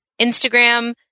Instagram